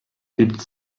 did